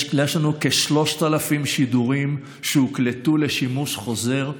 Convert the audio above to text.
יש לנו כ-3,000 שידורים שהוקלטו לשימוש חוזר.